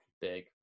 big